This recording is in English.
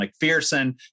McPherson